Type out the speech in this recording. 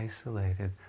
isolated